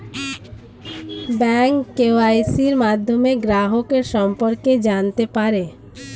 bank কেওয়াইসির মাধ্যমে গ্রাহকের সম্পর্কে জানতে পারে